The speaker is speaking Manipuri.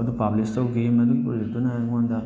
ꯑꯗꯨ ꯄꯥꯕ꯭ꯂꯤꯁ ꯇꯧꯈꯤ ꯃꯗꯨꯒꯤ ꯄ꯭ꯔꯣꯖꯦꯛꯇꯨꯅ ꯑꯩꯉꯣꯟꯗ